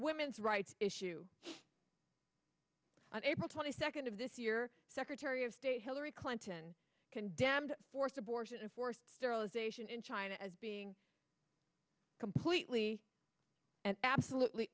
women's rights issue on april twenty second of this year secretary of state hillary clinton condemned forced abortion and forced sterilization in china as being completely and absolutely